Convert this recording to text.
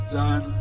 done